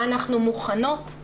אנחנו מוכנות,